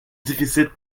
déficit